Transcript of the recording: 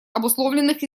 обусловленных